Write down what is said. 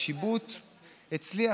השיבוט הצליח,